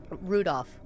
rudolph